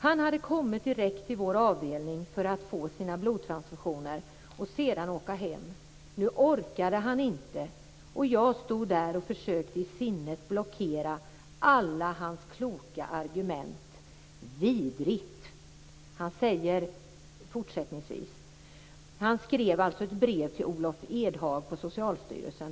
Han hade kommit direkt till vår avdelning för att få sina blodtransfusioner och sedan åka hem. Nu orkade han inte och jag stod där och försökte i sinnet blockera alla hans kloka argument. Vidrigt!" Sigvard Olsson skrev alltså ett brev till Olof Edhag på Socialstyrelsen.